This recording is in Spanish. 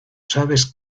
sabes